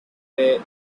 way